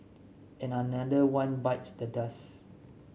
and another one bites the dust